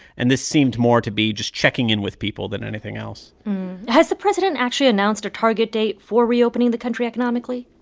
and this seemed more to be just checking in with people than anything else has the president actually announced a target date for reopening the country economically?